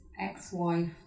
ex-wife